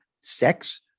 sex